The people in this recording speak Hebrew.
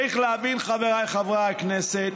צריך להבין, חבריי חברי הכנסת,